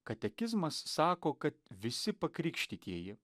katekizmas sako kad visi pakrikštytieji